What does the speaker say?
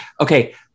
Okay